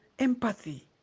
Empathy